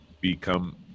become